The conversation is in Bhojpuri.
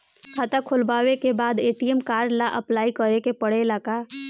खाता खोलबाबे के बाद ए.टी.एम कार्ड ला अपलाई करे के पड़ेले का?